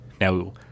now